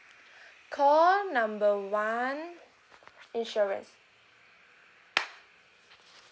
call number one insurance